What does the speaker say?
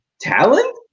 talent